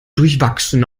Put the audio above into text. durchwachsen